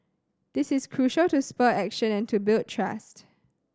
this is crucial to spur action and to build trust